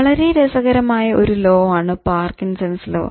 വളരെ രസകരമായ ഒരു ലോ ആണ് പാർക്കിൻസൺസ് ലോ